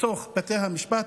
בתוך בתי המשפט,